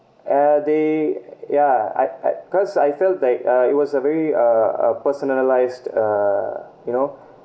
uh they ya I I cause I felt like uh it was a very uh uh personalised uh you know